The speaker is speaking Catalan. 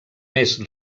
més